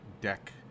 deck